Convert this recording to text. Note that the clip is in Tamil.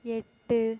எட்டு